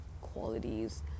qualities